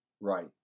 Right